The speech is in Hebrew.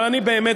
אבל אני באמת,